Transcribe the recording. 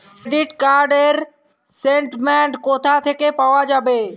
Credit card র statement কোথা থেকে পাওয়া যাবে?